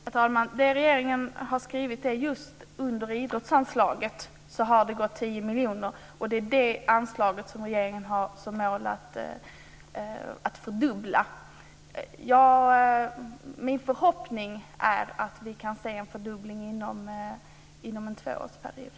Herr talman! Det regeringen har skrivit är att det från idrottsanslaget har gått 10 miljoner, och det är detta anslag som regeringen har som mål att fördubbla. Min förhoppning är att vi kan se en fördubbling inom en tvåårsperiod.